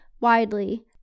widely